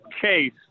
case